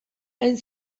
hain